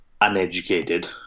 uneducated